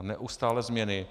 Neustálé změny.